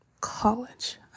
college